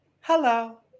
Hello